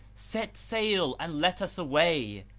set sail and let us away!